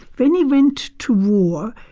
when he went to war.